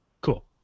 Cool